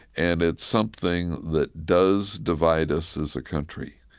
and it's something that does divide us as a country.